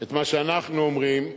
את מה שאנחנו אומרים,